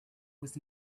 was